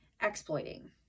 exploiting